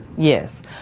yes